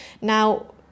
Now